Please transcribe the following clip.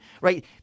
right